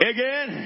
Again